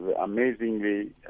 amazingly